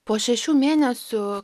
po šešių mėnesių